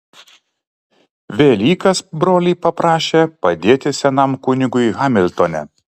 velykas broliai paprašė padėti senam kunigui hamiltone